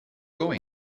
going